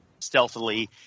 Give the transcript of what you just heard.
stealthily